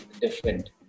different